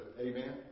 Amen